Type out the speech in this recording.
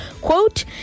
quote